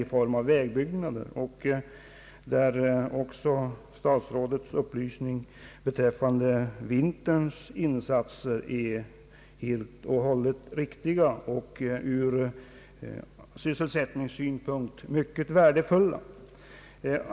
I det avseendet är också statsrådets upplysningar beträffande vinterns insatser helt och hållet riktiga och ur sysselsättningssynpunkt är dessa insatser mycket värdefulla.